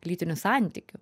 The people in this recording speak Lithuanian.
lytinių santykių